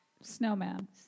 Snowman